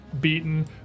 beaten